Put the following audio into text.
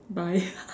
bye